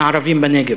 הערבים בנגב.